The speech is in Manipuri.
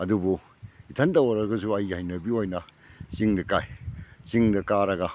ꯑꯗꯨꯕꯨ ꯏꯊꯟꯇ ꯑꯣꯏꯔꯒꯁꯨ ꯑꯩꯒꯤ ꯍꯩꯅꯕꯤ ꯑꯣꯏꯅ ꯆꯤꯡꯗ ꯀꯥꯏ ꯆꯤꯡꯗ ꯀꯥꯔꯒ